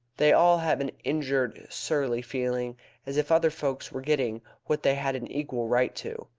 they all have an injured, surly feeling as if other folk were getting what they had an equal right to.